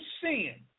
sin